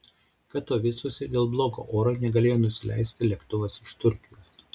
katovicuose dėl blogo oro negalėjo nusileisti lėktuvas iš turkijos